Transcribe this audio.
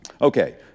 Okay